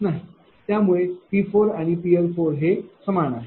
त्यामुळे P आणि PL हे समान आहे